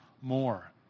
more